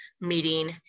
meeting